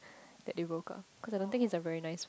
that they broke up cause I don't think he's a very nice one